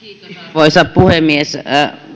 arvoisa puhemies